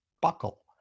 buckle